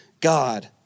God